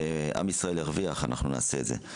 עם ישראל ירוויח כשנעשה את זה.